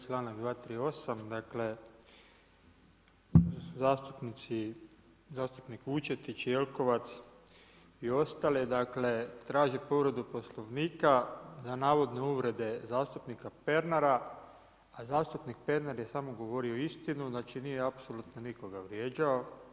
Članak 238., dakle zastupnici, zastupnik Vučetić, Jelkovac i ostali, dakle traže povredu Poslovnika za navodne uvrede zastupnika Pernara a zastupnik Pernar je samo govorio istinu, znači nije apsolutno nikoga vrijeđao.